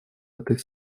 этой